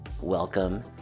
Welcome